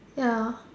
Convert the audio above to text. ya